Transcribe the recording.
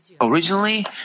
Originally